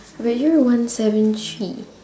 were you one seven three